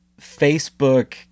Facebook